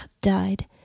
died